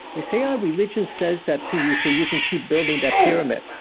they say, oh, religion says that to you, so you can keep building that pyramid.